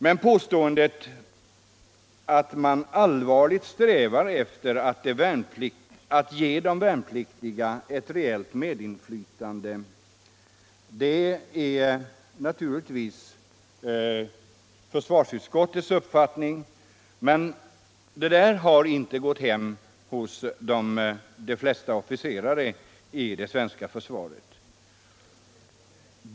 Försvarsutskottets ledamöter har naturligtvis uppfattningen att man allvarligt strävar efter att ge de värnpliktiga ett reellt medinflytande, men den uppfattningen har inte gått hem hos de flesta officerare i det svenska försvaret.